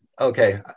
okay